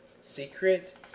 Secret